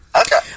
Okay